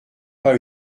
pas